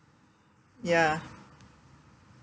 ya